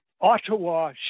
Ottawa